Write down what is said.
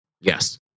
Yes